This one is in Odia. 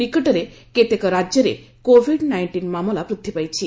ନିକଟରେ କେତେକ ରାଜ୍ୟରେ କୋଭିଡ୍ ନାଇକ୍କିନ୍ ମାମଲା ବୃଦ୍ଧି ପାଇଛି